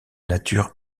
nature